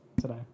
today